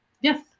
Yes